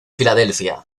filadelfia